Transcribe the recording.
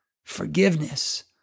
Forgiveness